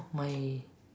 my